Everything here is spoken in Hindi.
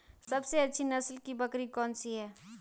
सबसे अच्छी नस्ल की बकरी कौन सी है?